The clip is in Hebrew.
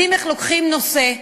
מדהים איך לוקחים נושא,